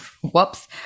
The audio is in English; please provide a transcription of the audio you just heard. Whoops